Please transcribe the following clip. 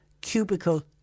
cubicle